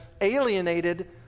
alienated